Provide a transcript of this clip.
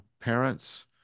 parents